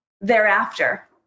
thereafter